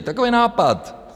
Takový nápad.